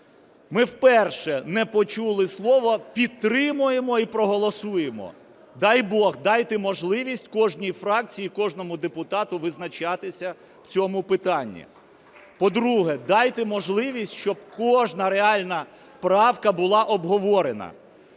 Ми вперше не почули слово "підтримуємо і проголосуємо". Дай Бог, дайте можливість кожній фракції, кожному депутату визначатися в цьому питанні. По-друге, дайте можливість, щоб кожна реальна правка була обговорена.